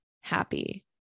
happy